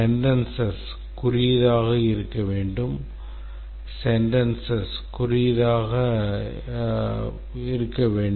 Sentences குறுகியதாக இருக்க வேண்டும் Sentences குறுகியதாக இருக்க வேண்டும்